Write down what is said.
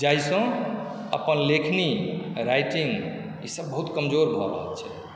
जाहिसँ अपन लेखनी राइटिंग ईसभ बहुत कमजोर भऽ रहल छै